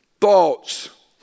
thoughts